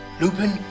Lupin